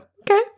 Okay